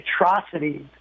atrocities